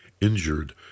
injured